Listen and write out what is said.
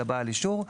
אלא בעל אישור.